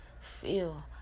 feel